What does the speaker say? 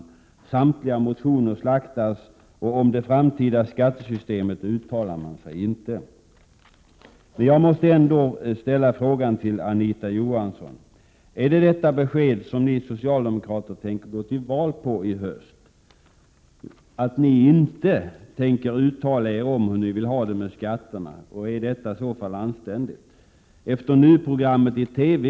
Samtliga motioner slaktas, och om det framtida skattesystemet uttalar man sig inte! Jag måste ändå ställa frågan till Anita Johansson: Är det besked som ni socialdemokrater tänker gå till val på i höst detta att ni inte tänker uttala er om hur ni vill ha det med skatterna? Är det i så fall anständigt? Efter TV-programmet Nu!